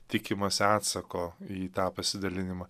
tikimąsi atsako į tą pasidalinimą